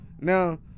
Now